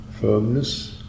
firmness